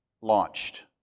launched